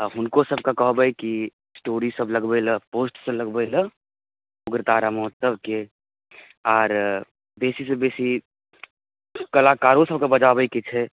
आ हुनकोसभकेँ कहबै कि स्टोरीसभके लगबै लेल पोस्टसभ लगबै लेल उग्रतारा महोत्सवके आओर बेसीसँ बेसी कलाकारोसभके बजाबैके छै